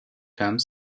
come